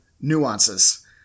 nuances